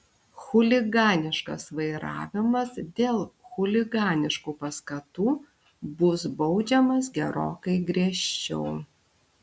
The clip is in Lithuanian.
chuliganiškas vairavimas dėl chuliganiškų paskatų bus baudžiamas gerokai griežčiau